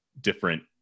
different